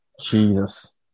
Jesus